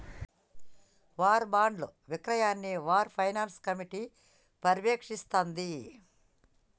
war బాండ్ల విక్రయాన్ని war finance committee పర్యవేక్షిస్తాంది